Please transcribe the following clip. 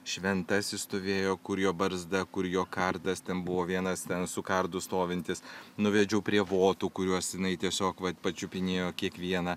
šventasis stovėjo kur jo barzda kur jo kardas ten buvo vienas ten su kardu stovintis nuvedžiau prie votų kuriuos jinai tiesiog vat pačiupinėjo kiekvieną